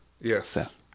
Yes